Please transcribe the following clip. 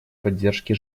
поддержки